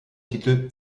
titel